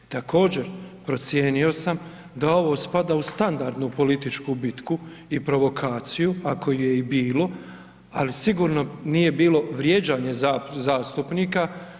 Također procijenio sam da ovo spada u standardnu političku bitku i provokaciju ako je je i bilo, ali sigurno nije bilo vrijeđanje zastupnika.